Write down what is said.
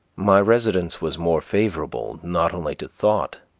my residence was more favorable, not only to thought,